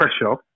pressure